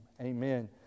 amen